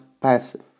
passive